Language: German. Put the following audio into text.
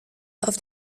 auf